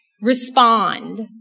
respond